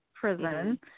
prison